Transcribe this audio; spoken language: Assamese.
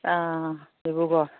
অঁ অঁ ডিব্ৰুগড়